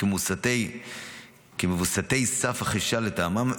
כמווסתי סף החישה לטעמם,